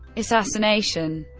assassination